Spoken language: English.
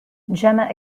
gemma